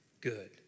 good